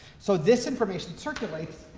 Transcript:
so this information circulates,